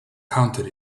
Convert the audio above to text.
counted